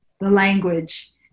language